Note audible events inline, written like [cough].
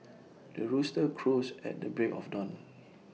[noise] the rooster crows at the break of dawn